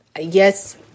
yes